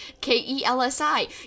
K-E-L-S-I